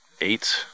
eight